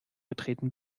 getreten